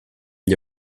gli